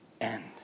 end